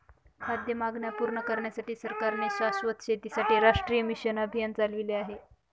खाद्य मागण्या पूर्ण करण्यासाठी सरकारने शाश्वत शेतीसाठी राष्ट्रीय मिशन अभियान चालविले आहे